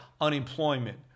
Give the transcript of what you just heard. unemployment